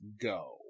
go